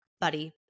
buddy